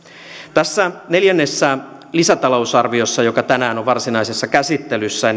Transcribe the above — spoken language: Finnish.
tässä neljännessä lisätalousarviossa joka tänään on varsinaisessa käsittelyssä